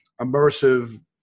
immersive